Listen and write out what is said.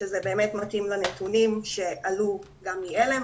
שזה באמת מתאים לנתונים שעלו גם מעלם